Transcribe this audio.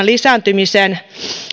lisääntymiseen